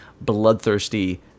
bloodthirsty